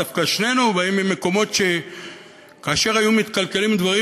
דווקא שנינו באים ממקומות שכאשר היו מתקלקלים דברים,